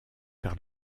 par